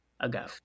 ago